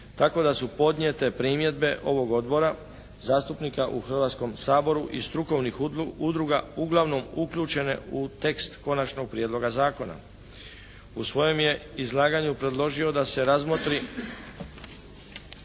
tako da su podnijete primjedbe ovog odbora, zastupnika u Hrvatskom saboru i strukovnih udruga, uglavnom uključene u tekst konačnog prijedloga zakona. U svojem je izlaganju predložio da se razmotri